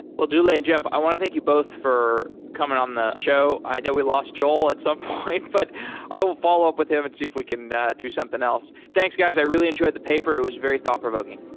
well, dule and jeff, i want to thank you both for coming on the show. i know we lost joel at some point, but i will follow up with him and see if we can do something else. thanks, guys. i really enjoyed the paper. it was very thought-provoking.